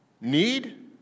need